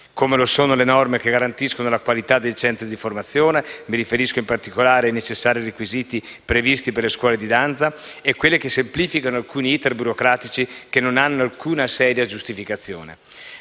Come lo sono le norme che garantiscono la qualità dei centri di formazione (mi riferisco in particolare ai necessari requisiti previsti per le scuole di danza) e quelle che semplificano alcuni *iter* burocratici che non hanno alcuna seria giustificazione.